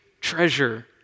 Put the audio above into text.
treasure